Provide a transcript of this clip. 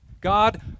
God